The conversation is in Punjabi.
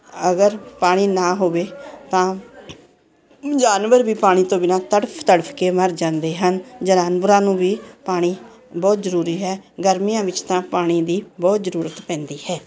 ਅਗਰ ਪਾਣੀ ਨਾ ਹੋਵੇ ਤਾਂ ਜਾਨਵਰ ਵੀ ਪਾਣੀ ਤੋਂ ਬਿਨਾਂ ਤੜਫ਼ ਤੜਫ਼ ਕੇ ਮਰ ਜਾਂਦੇ ਹਨ ਜਾਨਵਰਾਂ ਨੂੰ ਵੀ ਪਾਣੀ ਬਹੁਤ ਜ਼ਰੂਰੀ ਹੈ ਗਰਮੀਆਂ ਵਿੱਚ ਤਾਂ ਪਾਣੀ ਦੀ ਬਹੁਤ ਜ਼ਰੂਰਤ ਪੈਂਦੀ ਹੈ